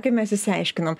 kaip mes išsiaiškinom